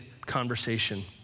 conversation